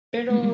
Pero